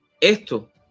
Esto